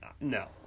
no